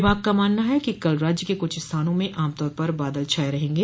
विभाग का मानना है कि कल राज्य के कुछ स्थानों में आमतौर पर बादल छाए रहेंग